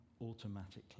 automatically